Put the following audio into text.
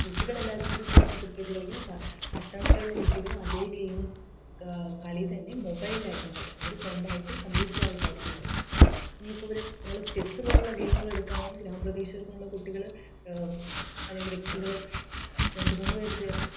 കുട്ടികളെല്ലാവരും കൂടി ചേർന്ന് ക്രിക്കറ്റ് കളിക്കുകയും പട്ടണത്തിലുള്ള കുട്ടികൾ അതെ ഗെയിം കളി തന്നെ മൊബൈലിലായിരിക്കും കളിക്കുക അവർ സ്വന്തമായിട്ട് കമ്പ്യൂട്ടറുമായിട്ടായിരിക്കും കളിക്കുക ഇനിയിപ്പോൾ ഇവിടെ നമ്മൾ ചെസ്സ് പോലുള്ള ഗെയിമുകളെടുക്കുകയാണെങ്കിൽ ഗ്രാമപ്രദേശങ്ങളിലെ കുട്ടികൾ അല്ലെങ്കിൽ വ്യക്തികൾ രണ്ട് മൂന്ന് പേര് ചേർന്ന്